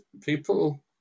people